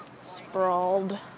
sprawled